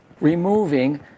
removing